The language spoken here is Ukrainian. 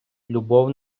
любов